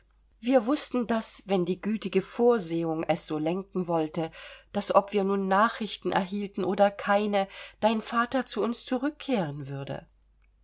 wir wußten daß wenn die gütige vorsehung es so lenken wollte daß ob wir nun nachrichten er hielten oder keine dein vater zu uns zurückkehren würde